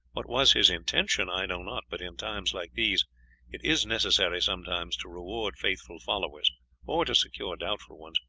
what was his intention i know not, but in times like these it is necessary sometimes to reward faithful followers or to secure doubtful ones,